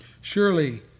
Surely